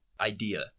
idea